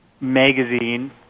magazine